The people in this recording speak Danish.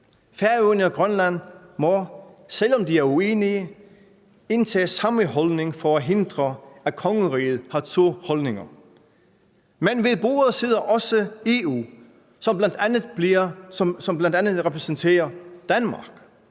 Færøerne og Grønland må, selv om de er uenige i det, indtage samme holdning for at hindre, at Kongeriget har to holdninger. Men ved bordet sidder også EU, som bl.a. repræsenterer Danmark.